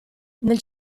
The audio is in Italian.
nel